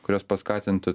kurios paskatintų